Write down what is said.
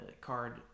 card